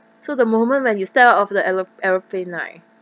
so the moment when you step out of the aero~ aeroplane right